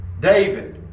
David